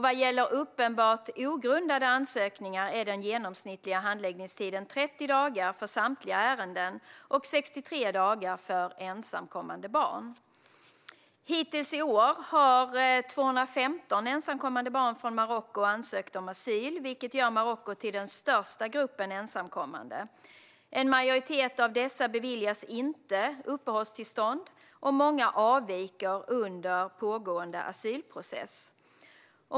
Vad gäller uppenbart ogrundade ansökningar är den genomsnittliga handläggningstiden 30 dagar för samtliga ärenden och 63 dagar för ensamkommande barn. Hittills i år har 215 ensamkommande barn från Marocko ansökt om asyl, vilket gör Marocko till den största gruppen ensamkommande. En majoritet av dessa beviljas inte uppehållstillstånd. Många avviker under pågående asylprocess.